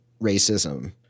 racism